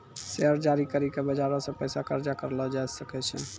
share जारी करि के बजारो से पैसा कर्जा करलो जाय सकै छै